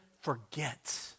forget